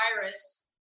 virus